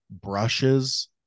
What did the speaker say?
brushes